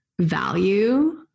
value